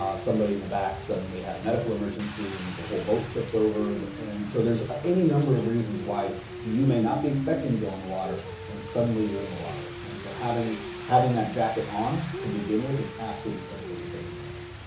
ah somebody in the back suddenly had a medical emergency and the whole boat tipped over. and so there's ah any number of reasons why you may not be expecting to go in the water and suddenly you're in the water and so having having that jacket on to begin with is absolutely critical to saving your life.